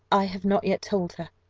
i have not yet told her,